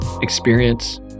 experience